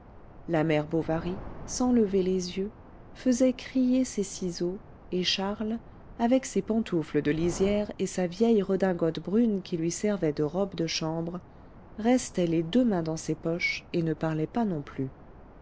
la mère bovary sans lever les yeux faisait crier ses ciseaux et charles avec ses pantoufles de lisière et sa vieille redingote brune qui lui servait de robe de chambre restait les deux mains dans ses poches et ne parlait pas non plus